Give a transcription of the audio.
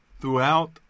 Throughout